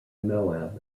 moab